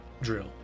drill